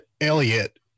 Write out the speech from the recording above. Elliott